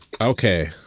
Okay